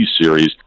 series